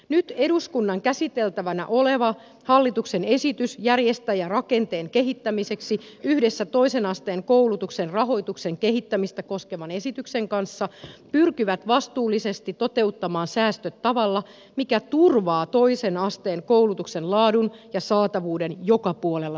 nyt eduskunnan käsiteltävänä oleva hallituksen esitys järjestäjärakenteen kehittämiseksi yhdessä toisen asteen koulutuksen rahoituksen kehittämistä koskevan esityksen kanssa pyrkii vastuullisesti toteuttamaan säästöt tavalla mikä turvaa toisen asteen koulutuksen laadun ja saatavuuden joka puolella suomea